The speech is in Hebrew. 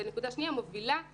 נקודה שנייה, היא מובילה בפער,